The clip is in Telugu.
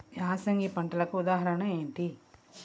యాసంగి పంటలకు ఉదాహరణ ఏంటి?